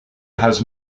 has